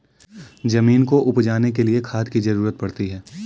ज़मीन को उपजाने के लिए खाद की ज़रूरत पड़ती है